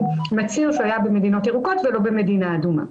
מצהיר שהוא היה במדינות ירוקות ולא במדינה אדומה.